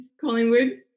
Collingwood